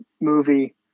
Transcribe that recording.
movie